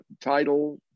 title